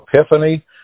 Epiphany